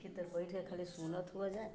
खित्तर बैठे ख़ाली सुनते होवा जाए